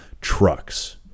trucks